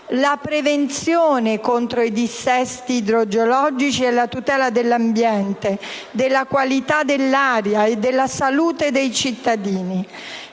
alla prevenzione contro i dissesti idrogeologici, alla tutela dell'ambiente, della qualità dell'aria e della salute dei cittadini.